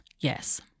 yes